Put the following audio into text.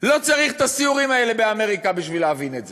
לא צריך את הסיורים האלה באמריקה בשביל להבין את זה.